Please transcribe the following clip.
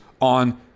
on